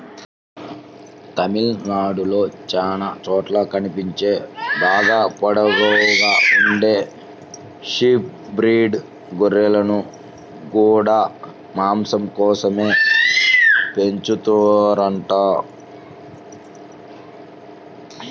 తమిళనాడులో చానా చోట్ల కనిపించే బాగా పొడుగ్గా ఉండే షీప్ బ్రీడ్ గొర్రెలను గూడా మాసం కోసమే పెంచుతారంట